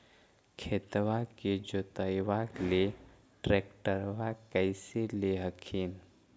खेतबा के जोतयबा ले ट्रैक्टरबा कैसे ले हखिन?